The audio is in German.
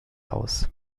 aus